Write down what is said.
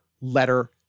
letter